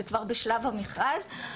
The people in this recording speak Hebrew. זה כבר בשלב המכרז.